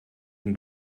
den